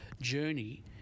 journey